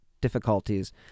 difficulties